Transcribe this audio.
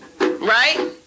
right